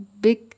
big